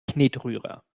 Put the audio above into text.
knetrührer